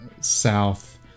south